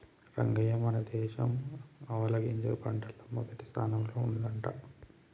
రంగయ్య మన దేశం ఆవాలగింజ పంటల్ల మొదటి స్థానంల ఉండంట